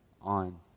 on